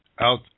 Out